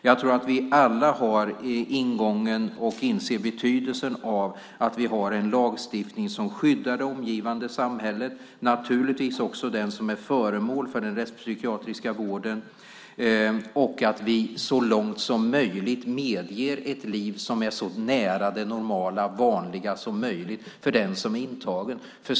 Jag tror att vi alla inser betydelsen av att vi har en lagstiftning som skyddar det omgivande samhället, naturligtvis också den som är föremål för den rättspsykiatriska vården, och att vi så långt som möjligt medger ett liv som är så nära det normala, vanliga, som möjligt för den som är intagen.